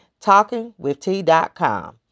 TalkingWithT.com